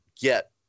get –